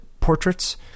portraits